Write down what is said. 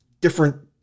different